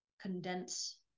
condense